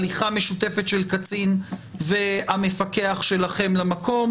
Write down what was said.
הליכה משותפת של קצין והמפקח שלכם למקום?